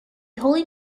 holy